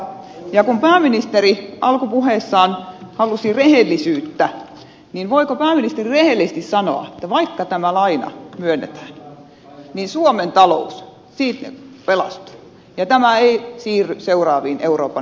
ja kun pääministeri alkupuheissaan halusi rehellisyyttä niin voiko pääministeri rehellisesti sanoa että vaikka tämä laina myönnetään niin suomen talous pelastuu ja tämä ei siirry seuraaviin euroopan maihin